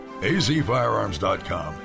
azfirearms.com